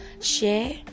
share